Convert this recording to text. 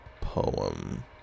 poem